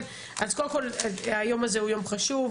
אז קודם כל היום הזה הוא יום חשוב.